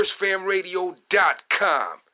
FirstFamRadio.com